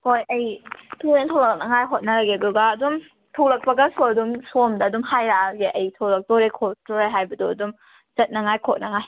ꯍꯣꯏ ꯑꯩ ꯊꯨꯅ ꯊꯣꯛꯂꯛꯅꯉꯥꯏ ꯍꯣꯠꯅꯔꯒꯦ ꯑꯗꯨꯒ ꯑꯗꯨꯝ ꯊꯣꯂꯛꯄꯒꯁꯨ ꯑꯗꯨꯝ ꯁꯣꯝꯗ ꯑꯗꯨꯝ ꯍꯥꯏꯔꯛꯑꯒꯦ ꯑꯩ ꯊꯣꯂꯛꯇꯣꯔꯦ ꯈꯣꯠꯇꯣꯔꯦ ꯍꯥꯏꯕꯗꯣ ꯑꯗꯨꯝ ꯆꯠꯅꯉꯥꯏ ꯈꯣꯠꯅꯉꯥꯏ